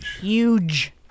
Huge